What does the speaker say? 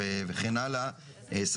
אנחנו צריכים למצוא פתרון לכך.